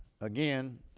again